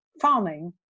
farming